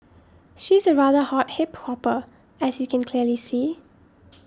she's a rather hot hip hopper as you can clearly see